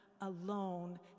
Alone